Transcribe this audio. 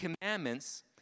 commandments